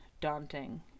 daunting